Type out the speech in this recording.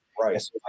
Right